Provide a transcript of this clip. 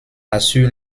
assure